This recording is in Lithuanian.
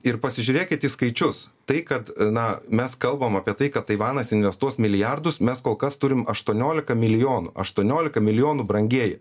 ir pasižiūrėkit į skaičius tai kad na mes kalbam apie tai kad taivanas investuos milijardus mes kol kas turim aštuoniolika milijonų aštuoniolika milijonų brangieji